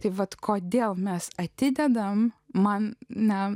tai vat kodėl mes atidedame man ne